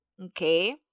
Okay